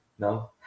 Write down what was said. No